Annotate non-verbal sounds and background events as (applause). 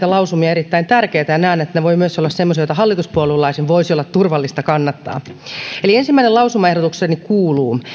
(unintelligible) lausumia erittäin tärkeinä ja näen että ne voivat myös olla semmoisia joita hallituspuoluelaisen voisi olla turvallista kannattaa ensimmäinen lausumaehdotukseni kuuluu